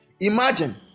imagine